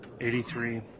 eighty-three